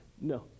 No